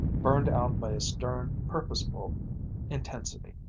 burned out by a stern, purposeful intensity.